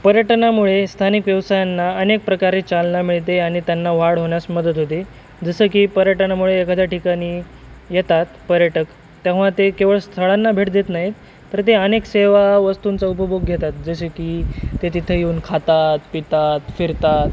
पर्यटनामुळे स्थानिक व्यवसायांना अनेक प्रकारे चालना मिळते आणि त्यांना वाढ होण्यास मदत होते जसं की पर्यटनामुळे एखाद्या ठिकाणी येतात पर्यटक तेव्हा ते केवळ स्थळांना भेट देत नाहीत तर ते अनेक सेवा वस्तूंचा उपभोग घेतात जसे की ते तिथं येऊन खातात पितात फिरतात